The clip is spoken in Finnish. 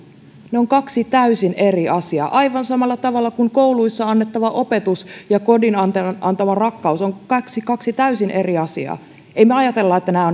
ovat kaksi täysin eri asiaa aivan samalla tavalla kuin kouluissa annettava opetus ja kodin antama antama rakkaus ovat kaksi täysin eri asiaa emme me ajattele että